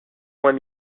moins